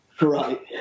Right